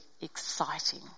exciting